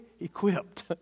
equipped